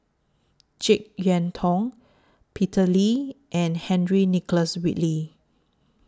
Jek Yeun Thong Peter Lee and Henry Nicholas Ridley